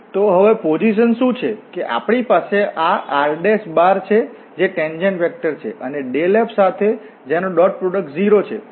તો હવે પરિપોઝિશન શું છે કે આપણી પાસે આ r છે જે ટેન્જેન્ટ વેક્ટર છે અને ∇f સાથે જેનો ડોટ પ્રોડક્ટ 0 છે